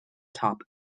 top